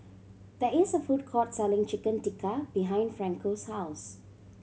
there is a food court selling Chicken Tikka behind Franco's house